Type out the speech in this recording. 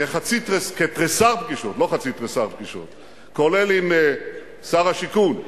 כתריסר פגישות, כולל עם שר השיכון,